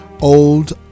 Old